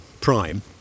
prime